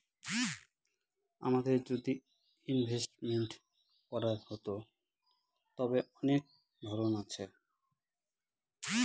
আমাদের যদি ইনভেস্টমেন্ট করার হতো, তবে অনেক ধরন আছে